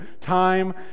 time